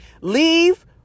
leave